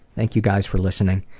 thank you guys for listening.